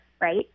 right